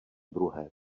druhé